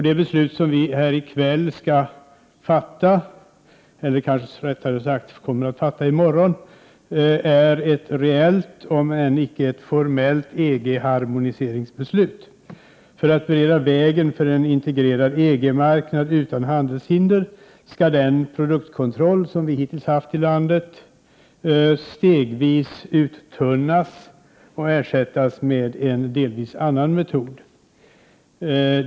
De beslut som vi kommer att fatta i morgon är reella, om än inte formella beslut om EG-harmonisering. För att bereda vägen för en integrerad EG-marknad utan handelshinder skall den produktkontroll som vi hittills haft här i landet stegvis uttunnas och ersättas med en delvis annan metod.